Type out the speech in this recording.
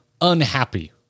unhappy